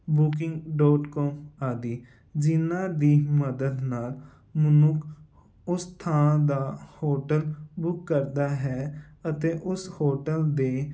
booking dot com ਆਦਿ ਜਿਨਾਂ ਦੀ ਮਦਦ ਨਾਲ ਮਨੁੱਖ ਉਸ ਥਾਂ ਦਾ ਹੋਟਲ ਬੁੱਕ ਕਰਦਾ ਹੈ ਅਤੇ ਉਸ ਹੋਟਲ ਦੇ